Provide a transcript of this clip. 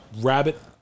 rabbit